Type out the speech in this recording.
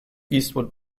eastwood